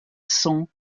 cents